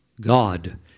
God